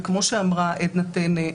וכמו שאמרה עדנה טנא,